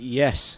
yes